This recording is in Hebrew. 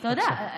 אתה יודע,